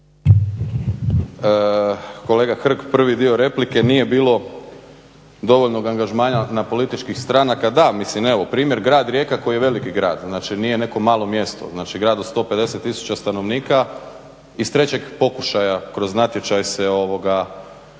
Kolega Hrg, prvi dio replike nije bilo dovoljnog angažmana na političkih stranka, da, mislim evo primjer grad Rijeka koji je veliki grad, znači nije neko malo mjesto, znači, grad od 150 tisuća stanovnika iz trećeg pokušaja kroz natječaj se ovoga,